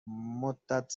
مدت